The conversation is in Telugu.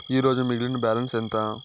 ఈరోజు మిగిలిన బ్యాలెన్స్ ఎంత?